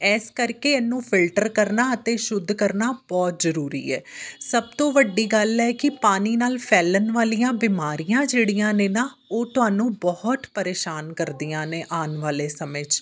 ਇਸ ਕਰਕੇ ਇਹਨੂੰ ਫਿਲਟਰ ਕਰਨਾ ਅਤੇ ਸ਼ੁੱਧ ਕਰਨਾ ਬਹੁਤ ਜ਼ਰੂਰੀ ਹੈ ਸਭ ਤੋਂ ਵੱਡੀ ਗੱਲ ਹੈ ਕਿ ਪਾਣੀ ਨਾਲ ਫੈਲਣ ਵਾਲੀਆਂ ਬਿਮਾਰੀਆਂ ਜਿਹੜੀਆਂ ਨੇ ਨਾ ਉਹ ਤੁਹਾਨੂੰ ਬਹੁਤ ਪਰੇਸ਼ਾਨ ਕਰਦੀਆਂ ਨੇ ਆਉਣ ਵਾਲੇ ਸਮੇਂ 'ਚ